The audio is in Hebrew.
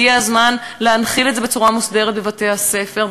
הגיע הזמן להנחיל את זה בצורה מוסדרת בבתי-הספר,